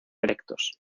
erectos